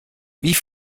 wie